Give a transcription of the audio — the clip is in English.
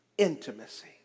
intimacy